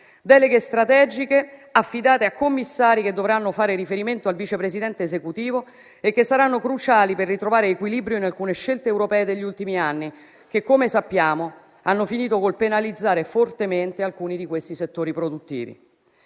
deleghe strategiche affidate a commissari che dovranno fare riferimento al Vice Presidente esecutivo e che saranno cruciali per ritrovare equilibrio in alcune scelte europee degli ultimi anni, che, come sappiamo, hanno finito col penalizzare fortemente alcuni di questi settori produttivi.